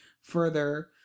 further